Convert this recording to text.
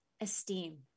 esteem